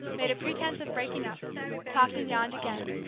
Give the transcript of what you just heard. made a pretence of breaking up talked and yawned again.